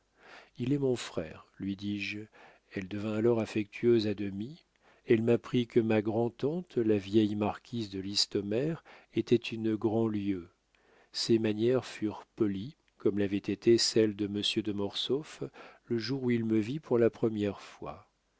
il est mon frère lui dis-je elle devint alors affectueuse à demi elle m'apprit que ma grand'tante la vieille marquise de listomère était une grandlieu ses manières furent polies comme l'avaient été celles de monsieur de mortsauf le jour où il me vit pour la première fois